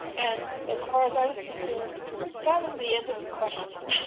and as far as i was concerned that was the end of the question.